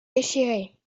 déchirés